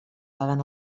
paguen